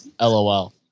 LOL